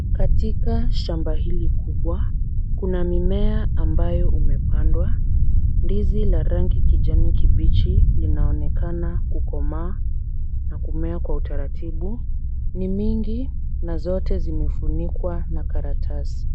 Katika shamba hili kubwa kuna mimea ambayo umepandwa. Ndizi la rangi kijani kibichi linaonekana kukomaa na kumea kwa utaratibu. Ni mingi na zote zimefunikwa na karatasi.